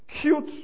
Cute